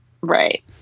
Right